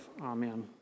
Amen